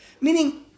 meaning